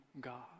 God